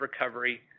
recovery